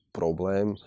problém